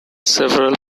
several